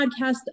podcast